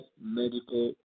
medical